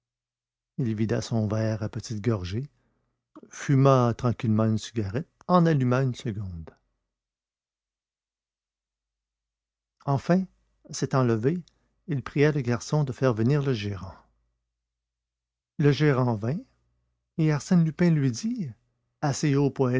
vida son verre à petites gorgées fuma tranquillement une cigarette en alluma une seconde enfin s'étant levé il pria le garçon de faire venir le gérant le gérant vint et arsène lui dit assez